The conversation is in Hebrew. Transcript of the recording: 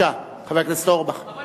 חבר הכנסת אורבך, בבקשה.